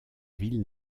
ville